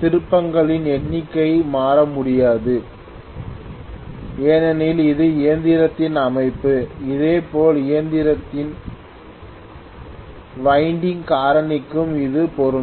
திருப்பங்களின் எண்ணிக்கை மாற முடியாது ஏனெனில் இது இயந்திரத்தின் அமைப்பு அதே போல் இயந்திரத்தின் வைண்டிங் காரணிக்கும் இதுவே பொருந்தும்